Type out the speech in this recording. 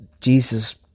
Jesus